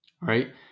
right